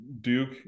Duke